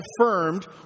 affirmed